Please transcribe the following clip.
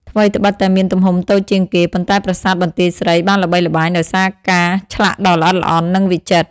ថ្វីត្បិតតែមានទំហំតូចជាងគេ ប៉ុន្តែប្រាសាទបន្ទាយស្រីបានល្បីល្បាញដោយសារការឆ្លាក់ដ៏ល្អិតល្អន់ និងវិចិត្រ។